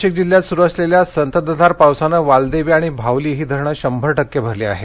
नाशिक जिल्ह्यात सुरु असलेल्या संततधार पावसामुळे वालदेवी आणि भावली ही धरणं शंभर टक्के भरली आहेत